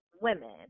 women